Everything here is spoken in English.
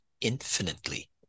infinitely